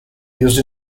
used